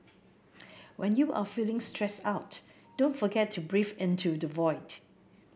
when you are feeling stressed out don't forget to breathe into the void